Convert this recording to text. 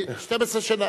12 שנה.